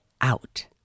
out